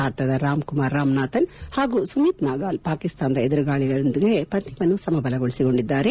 ಭಾರತದ ರಾಮ್ಕುಮಾರ್ ರಾಮನಾಥನ್ ಹಾಗೂ ಸುಮೀತ್ ನಾಗಾಲ್ ಪಾಕಿಸ್ತಾನದ ಎದುರಾಳಿಗಳೊಂದಿಗೆ ಪಂದ್ಯವನ್ನು ಸಮಗೊಳಿಸಿಕೊಂಡಿದ್ದಾರೆ